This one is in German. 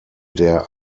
der